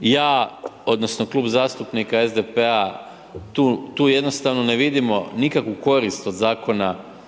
ja, odnosno Klub zastupnika SDP-a tu jednostavno ne vidimo nikakvu korist od zakona